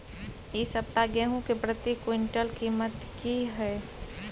इ सप्ताह गेहूं के प्रति क्विंटल कीमत की हय?